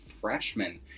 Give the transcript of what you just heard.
freshman